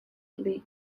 league